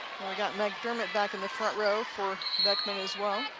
we got mcdermott back in the front row for beckman as well.